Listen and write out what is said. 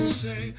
say